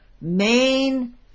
main